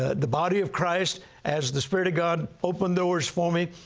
ah the body of christ as the spirit of god opened doors for me.